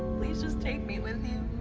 please just take me with you.